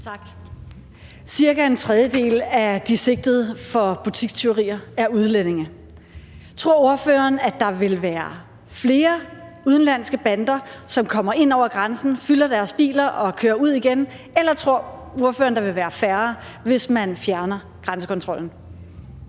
Tak. Ca. en tredjedel af de sigtede for butikstyverier er udlændinge. Tror ordføreren, at der vil være flere udenlandske bander, som kommer ind over grænsen, fylder deres biler og kører ud igen, eller tror ordføreren, der vil være færre, hvis man fjerner grænsekontrollen?